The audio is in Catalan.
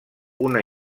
una